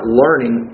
learning